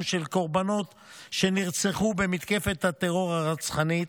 של קורבנות שנרצחו במתקפת הטרור הרצחנית,